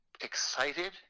excited